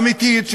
אמיתית,